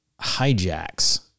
hijacks